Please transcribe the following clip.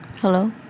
Hello